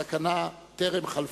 הסכנה טרם חלפה.